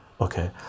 okay